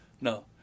no